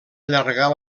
allargar